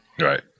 Right